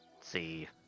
See